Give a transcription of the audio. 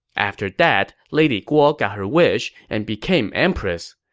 after that, lady guo got her wish and became empress,